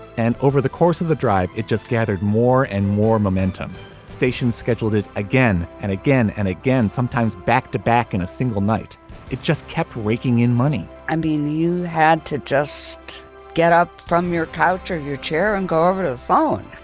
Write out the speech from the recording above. and over the course of the drive, it just gathered more and more momentum. stations scheduled it again and again and again, sometimes back to back in a single night it just kept raking in money and um being you had to just get up from your couch or your chair and go over the phone.